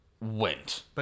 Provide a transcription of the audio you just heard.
went